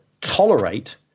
tolerate